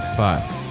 Five